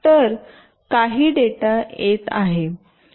तर काही डेटा येत आहे